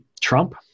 Trump